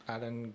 Alan